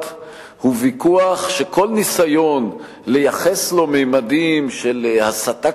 הוא ויכוח שכל ניסיון ליחס לו ממדים של הסתה,